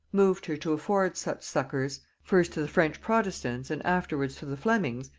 moved her to afford such succours, first to the french protestants and afterwards to the flemings,